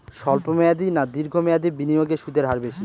স্বল্প মেয়াদী না দীর্ঘ মেয়াদী বিনিয়োগে সুদের হার বেশী?